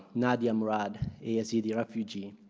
nadia murad, a yazidi refugee,